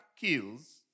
kills